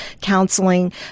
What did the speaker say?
counseling